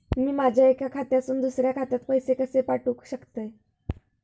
मी माझ्या एक्या खात्यासून दुसऱ्या खात्यात पैसे कशे पाठउक शकतय?